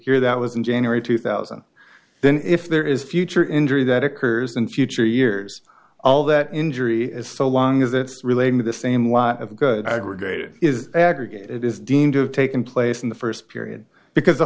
here that was in january two thousand then if there is future injury that occurs in future years all that injury is so long as it's related to the same lot of good aggregated is aggregate it is deemed to have taken place in the first period because the